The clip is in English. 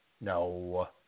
No